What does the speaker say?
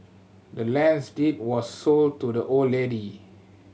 the land's deed was sold to the old lady